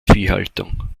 viehhaltung